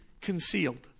concealed